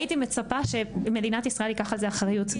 הייתי מצפה שמדינת ישראל תיקח על זה אחריות.